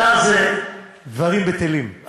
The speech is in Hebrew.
השאר זה דברים בטלים.